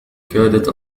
كادت